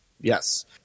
Yes